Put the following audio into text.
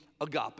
agape